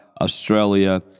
Australia